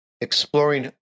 exploring